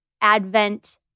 advent